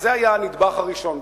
אז זה היה הנדבך הראשון.